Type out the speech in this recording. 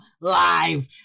live